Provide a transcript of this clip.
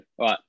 Right